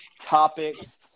topics